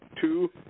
two